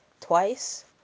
twice